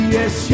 Yes